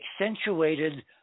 accentuated